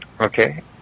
Okay